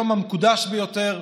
היום המקודש ביותר,